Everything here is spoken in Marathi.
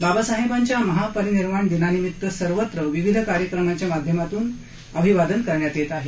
बाबासाहेबांच्या महापरिनिर्वाण दिनानिमित्त सर्वत्र विविध कार्यक्रमांच्या माध्यमातून बाबासाहेबांना अभिवादन करण्यात येत आहे